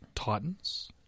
Titans